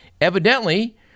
Evidently